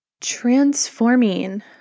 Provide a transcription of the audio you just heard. transforming